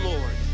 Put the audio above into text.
Lord